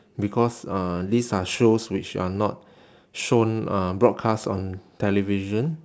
because uh these are shows which are not shown uh broadcast on television